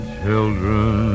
children